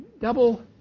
double